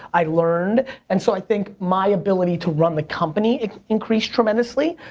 i learned and so i think my ability to run the company increased tremendously.